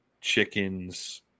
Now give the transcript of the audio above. chickens